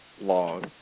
long